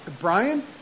Brian